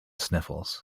sniffles